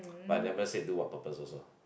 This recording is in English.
but never said do what purpose also